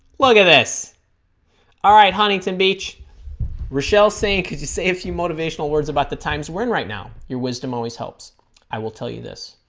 look at this all right hon eaton beach rachelle singh could you say a few motivational words about the times we're in right now your wisdom always helps i will tell you this